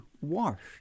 washed